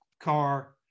car